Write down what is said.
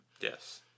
Yes